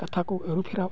ᱠᱟᱛᱷᱟᱠᱚ ᱟᱹᱨᱩᱯᱷᱮᱨᱟᱣᱚᱜᱼᱟ